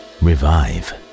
revive